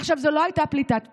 עכשיו, זאת לא הייתה פליטת פה.